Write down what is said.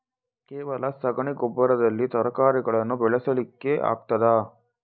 ಕೇವಲ ಸಗಣಿ ಗೊಬ್ಬರದಲ್ಲಿ ತರಕಾರಿಗಳನ್ನು ಬೆಳೆಸಲಿಕ್ಕೆ ಆಗ್ತದಾ?